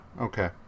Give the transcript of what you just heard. okay